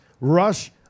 Rush